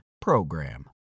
PROGRAM